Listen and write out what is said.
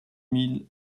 mille